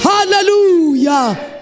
Hallelujah